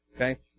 Okay